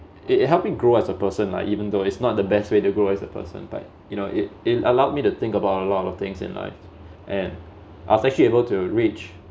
it it helped me grow as a person lah even though it's not the best way to grow as a person but you know it it allowed me to think about a lot of things in life and I've actually able to reach